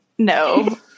No